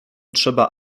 trzeba